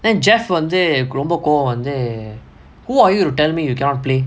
then jeff வந்து ரொம்ப கோவோ வந்து:vanthu romba kovo vanthu err who are you to tell me you cannot play